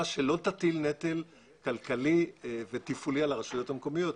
שלא תטיל נטל כלכלי ותפעולי על הרשויות המקומיות.